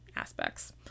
aspects